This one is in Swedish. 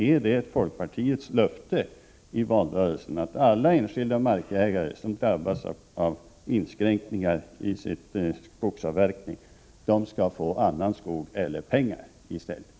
Är det folkpartiets löfte i valrörelsen att alla enskilda markägare som drabbas av inskränkningar i sin skogsavverkning skall få annan skog eller pengar i kompensation?